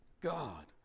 God